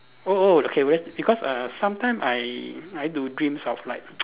oh oh okay worse because err sometime I I do dreams of like